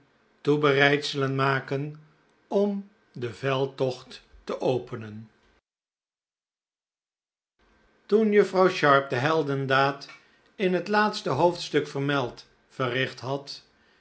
toebereidselen maken om den veldtocht te openen oa oaoo oo oo on j u ff rouw sharp de heldendaad in het laatste hoofdstuk vermeld verricht had